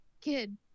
kid